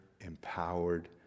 empowered